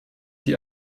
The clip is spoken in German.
die